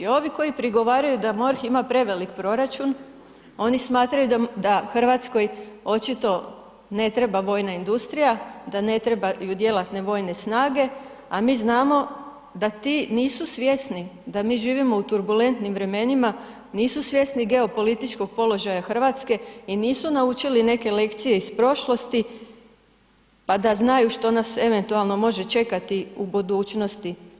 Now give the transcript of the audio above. Ovi koji prigovaraju da MORH ima prevelik proračun oni smatraju da Hrvatskoj očito ne treba vojna industrija, da ne trebaju djelatne vojne snage, a mi znamo da ti nisu svjesni da mi živimo u turbulentnim vremenima, nisu svjesni geopolitičkog položaja Hrvatske i nisu naučili neke lekcije iz prošlosti pa da znaju što nas eventualno može čekati u budućnosti.